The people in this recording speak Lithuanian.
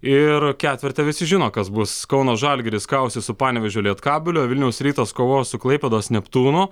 ir ketverte visi žino kas bus kauno žalgiris kausis su panevėžio lietkabeliu vilniaus rytas kovos su klaipėdos neptūnu